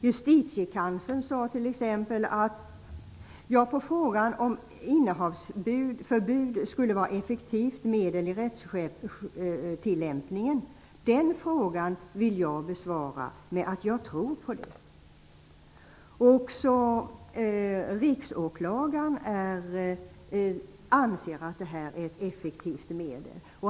Justitiekanslern sade t.ex. som svar på frågan om innehavsförbud skulle vara ett effektivt medel i rättstillämpningen: ''Den frågan vill jag besvara med att jag tror på det.'' Även riksåklagaren anser att det här är ett effektivt medel.